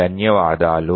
ధన్యవాదాలు